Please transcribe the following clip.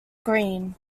greene